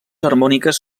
harmòniques